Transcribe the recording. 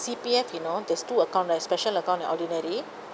C_P_F you know there's two account right special account and ordinary